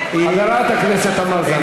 חברת הכנסת תמר זנדברג.